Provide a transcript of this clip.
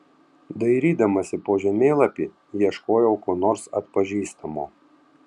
dairydamasi po žemėlapį ieškojau ko nors atpažįstamo